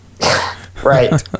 Right